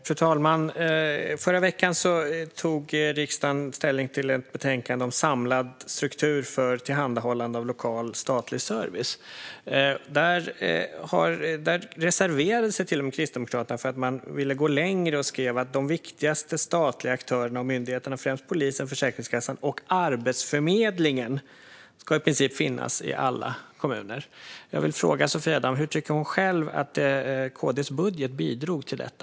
Fru talman! I förra veckan tog riksdagen ställning till ett betänkande om samlad struktur för tillhandahållande av lokal statlig service. Där reserverade sig Kristdemokraterna till och med, eftersom de ville gå längre. De skrev att "de viktigaste statliga aktörerna och myndigheterna, främst polisen, Försäkringskassan och Arbetsförmedlingen, ska finnas i princip i alla kommuner". Jag vill fråga Sofia Damm hur hon själv tycker att KD:s budget bidrog till detta.